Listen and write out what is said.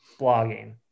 blogging